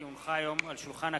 כי הונחו היום על שולחן הכנסת,